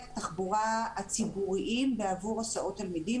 התחבורה הציבוריים עבור הסעות תלמידים,